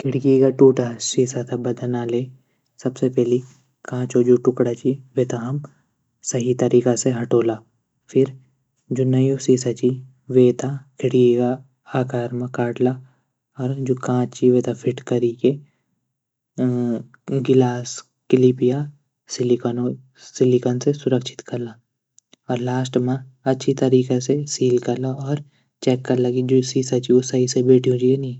खिड़की क टूटा सीसा तै बदलण सबसे पैली कांचो जू टुकडा च वेथे सही तरीका से हटोला फिर जू नयू सीसा च वेथे खिडकी आकार मा काटला। जू कांच वेथे फिट कैरी की गिलास क्लिप या सिलिकन से सुरक्षित कला। लास्ट मा अछा तरीका से सील कला और चैक कला कि सीसा सही तरीका से बेठियूंच।